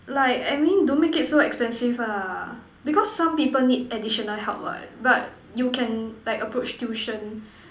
like I mean don't make it so expensive ah because some people need additional help what but you can like approach tuition